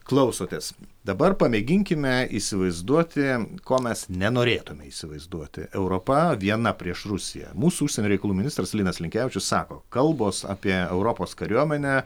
klausotės dabar pamėginkime įsivaizduoti ko mes nenorėtume įsivaizduoti europa viena prieš rusiją mūsų užsienio reikalų ministras linas linkevičius sako kalbos apie europos kariuomenę